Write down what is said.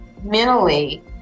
mentally